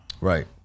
right